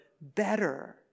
better